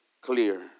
clear